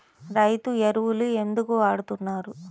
రైతు ఎరువులు ఎందుకు వాడుతున్నారు?